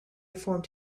formed